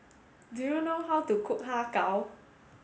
do you know how to cook Har Kow